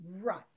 Right